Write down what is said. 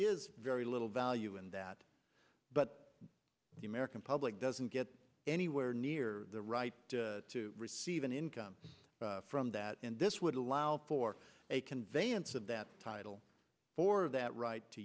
is very little value in that but the american public doesn't get anywhere near the right to receive an income from that and this would allow for a conveyance of that title for that right to